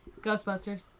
Ghostbusters